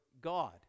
God